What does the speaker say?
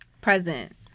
Present